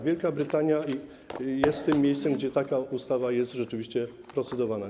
Wielka Brytania jest tym miejscem, gdzie taka ustawa jest rzeczywiście procedowana.